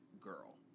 girl